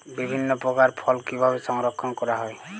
বিভিন্ন প্রকার ফল কিভাবে সংরক্ষণ করা হয়?